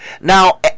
now